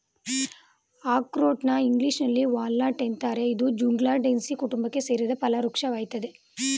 ಅಖ್ರೋಟ್ನ ಇಂಗ್ಲೀಷಿನಲ್ಲಿ ವಾಲ್ನಟ್ ಅಂತಾರೆ ಇದು ಜ್ಯೂಗ್ಲಂಡೇಸೀ ಕುಟುಂಬಕ್ಕೆ ಸೇರಿದ ಫಲವೃಕ್ಷ ವಾಗಯ್ತೆ